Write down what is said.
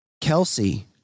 Kelsey